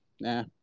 nah